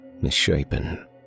misshapen